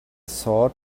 sword